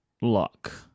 luck